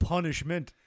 Punishment